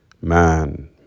man